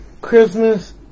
Christmas